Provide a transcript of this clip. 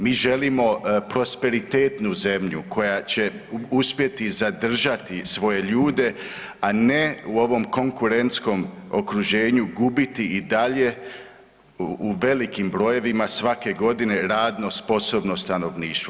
Mi želimo prosperitetnu zemlju koja će uspjeti zadržati svoje ljude, a ne u ovom konkurentskom okruženju gubiti i dalje u velikim brojevima svake godine radno sposobno stanovništvo.